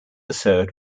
served